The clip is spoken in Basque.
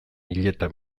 hileta